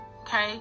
Okay